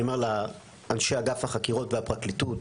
אני אומר לאנשי אגף החקירות והפרקליטות,